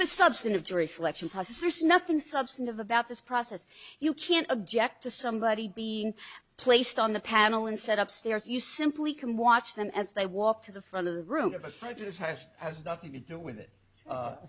the substantive jury selection process there's nothing substantive about this process you can't object to somebody being placed on the panel and set up stairs you simply can watch them as they walk to the front of the room but i despise has nothing to do with it